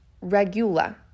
regula